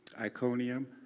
Iconium